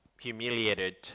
humiliated